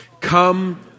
Come